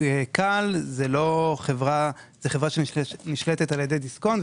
כאל היא חברה שנשלטת על ידי דיסקונט,